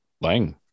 Lang